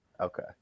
Okay